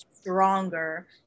stronger